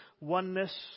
oneness